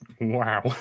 Wow